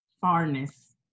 farness